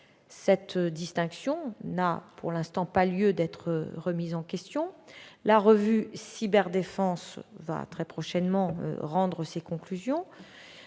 Cette distinction n'a pour l'instant pas lieu d'être remise en question. La revue stratégique de cyberdéfense va très prochainement rendre ses conclusions.